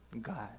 God